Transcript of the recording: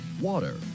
water